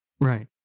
Right